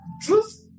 truth